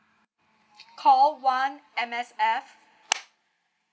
call one M_S_F